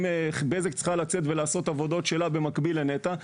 אם "בזק" צריכה לצאת ולבצע עבודות שלה במקביל לנת"ע,